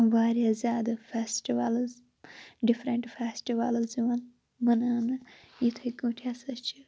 وارِیاہ زیادٕ festivals different festivals یِوان مَناونہٕ یِتھے کٲٹھۍ ہَسا چھِ